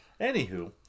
Anywho